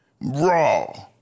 Raw